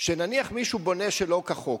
נניח שמישהו בונה שלא כחוק,